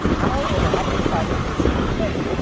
power over optical fiber is a thing,